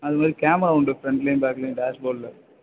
அது மாதிரி கேமரா உண்டு ஃப்ரெண்ட்லேயும் பேக்லேயும் டேஷ் போர்டில்